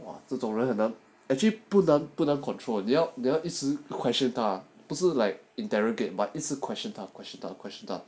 !wah! 这种人很难 actually 不但不能 control the out there 你要一直 question 他一直 like interrogate but it's a question question 他 question 他